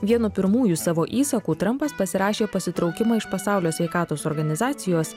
vienu pirmųjų savo įsakų trampas pasirašė pasitraukimą iš pasaulio sveikatos organizacijos